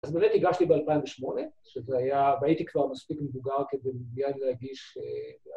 ‫...הגשתי ב-2008, שזה היה... ‫והייתי כבר מספיק מבוגר ‫כדי מיד להגיש